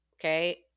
Okay